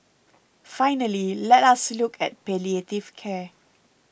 finally let us look at palliative care